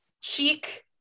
cheek